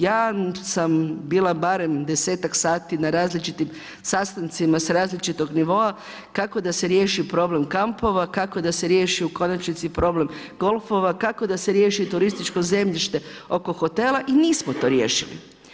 Ja sam bila barem desetak sati na različitim sastancima sa različitog nivoa kako da se riješi problem kampova, kako da se riješi u konačnici problem golfova, kako da se riješi turističko zemljište oko hotela i nismo to riješili.